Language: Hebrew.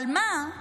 אבל מה?